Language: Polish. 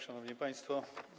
Szanowni Państwo!